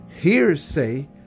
hearsay